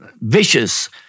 vicious